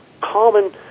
common